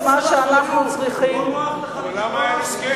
את מה שאנחנו צריכים, למה אין הסכם?